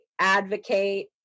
advocate